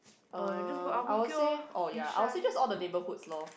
um I will say oh ya I will say just all the neighbourhoods lor